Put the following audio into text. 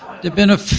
there've been a,